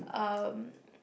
um